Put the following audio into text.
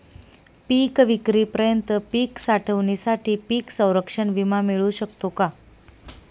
पिकविक्रीपर्यंत पीक साठवणीसाठी पीक संरक्षण विमा मिळू शकतो का?